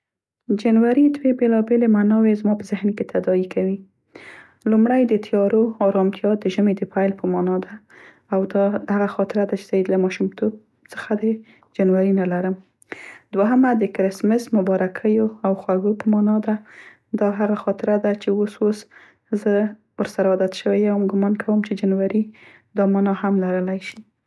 جنوري دوې بیلابیلې معناوې زما په ذهن کې تداعي کوي. لومړی د تیارو، ارمتیا، د ژومي د پیل په معنا ده. او دا هغه خاطره ده چې زه یې له ماشومتوپ څخه د جنوري نه لرم. دوهمه د کریسمس، مبارکیو او خوږو په معنا ده، دا هغه خاطره ده چې اوس اوس زه ورسره عادت شوې یم او ګمان کوم چې جنوري دا معنا هم لرلی شي.